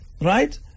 Right